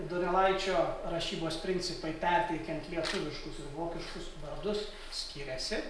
donelaičio rašybos principai perteikiant lietuviškus ir vokiškus vardus skiriasi